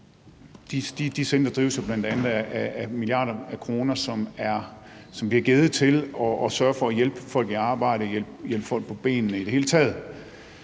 de centre drives jo bl.a. af de milliarder af kroner, som bliver givet til at sørge for at hjælpe folk til at komme i arbejde, hjælpe folk på benene i det hele taget,